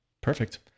Perfect